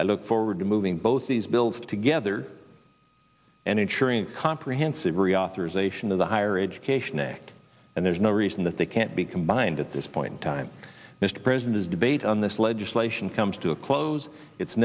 i look forward to moving both these bills together and ensuring comprehensive reauthorization of the higher education act and there's no reason that they can't be combined at this point in time mr president as debate on this legislation comes to a close it's